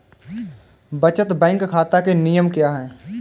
बचत बैंक खाता के नियम क्या हैं?